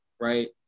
right